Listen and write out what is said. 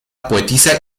poetisa